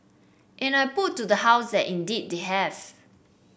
and I put to the House that indeed they have